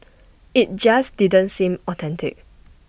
IT just didn't seem authentic